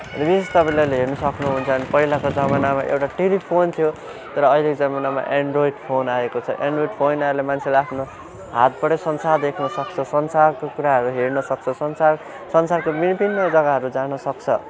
विशेष तपाईँले अहिले हेर्न सक्नुहुन्छ पहिलाको जमानामा एउटा टेलिफोन थियो तर अहिलेको जमानामा एन्ड्रोयड फोन आएको छ एन्ड्रोयड फोनहरूले मान्छेलाई आफ्नो हातबाटै संसार देख्नसक्छ संसारको कुराहरू हेर्नसक्छ संसार संसारको विभिन्न जग्गाहरू जान सक्छ